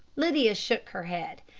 lydia shook her head.